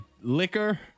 liquor